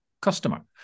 customer